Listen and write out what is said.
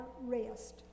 rest